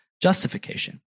justification